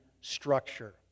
structure